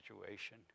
situation